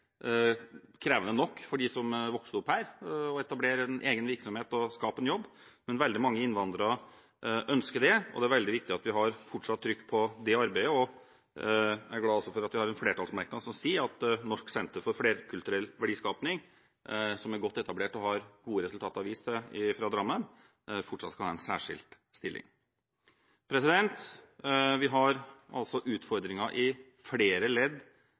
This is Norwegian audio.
krevende nok for dem som har vokst opp her, å etablere en egen virksomhet og skape en jobb, men veldig mange innvandrere ønsker det, og det er veldig viktig at vi har fortsatt trykk på det arbeidet. Jeg er glad for at vi har en flertallsmerknad som sier at Norsk senter for flerkulturell verdiskapning, som er godt etablert og har gode resultater å vise til fra Drammen, fortsatt skal ha «en særskilt stilling». Vi har altså utfordringer i flere ledd,